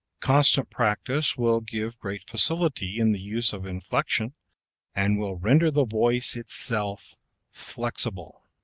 constant practise will give great facility in the use of inflection and will render the voice itself flexible.